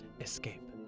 escape